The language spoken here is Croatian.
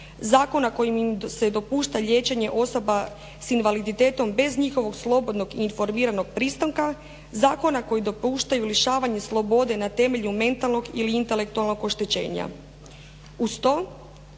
zakona kojim im se dopušta liječenje osoba sa invaliditetom bez njihovog slobodnog i informiranog pristanka, zakona koji dopuštaju lišavanje slobode na temelju mentalnog ili intelektualnog oštećenja.